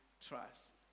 trust